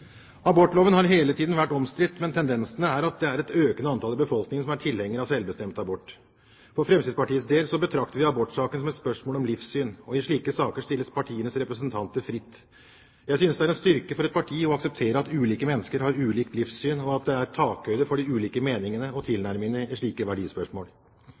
Abortloven har hele tiden vært omstridt, men tendensen er at det er et økende antall i befolkningen som er tilhenger av selvbestemt abort. For Fremskrittspartiets del betrakter vi abortsaken som et spørsmål om livssyn, og i slike saker stilles partiets representanter fritt. Jeg synes det er en styrke for et parti å akseptere at ulike mennesker har ulikt livssyn, og at det er takhøyde for de ulike meningene og tilnærmingene i slike verdispørsmål.